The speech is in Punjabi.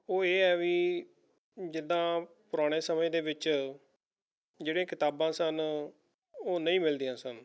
ਉਹ ਇਹ ਹੈ ਵੀ ਜਿੱਦਾਂ ਪੁਰਾਣੇ ਸਮੇਂ ਦੇ ਵਿੱਚ ਜਿਹੜੀਆਂ ਕਿਤਾਬਾਂ ਸਨ ਉਹ ਨਹੀਂ ਮਿਲਦੀਆਂ ਸਨ